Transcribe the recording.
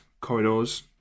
corridors